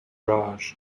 raj